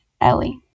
Ellie